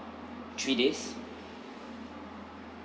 three days